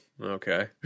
Okay